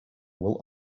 will